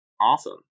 Awesome